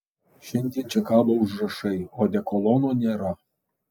šiandien čia kabo užrašai odekolono nėra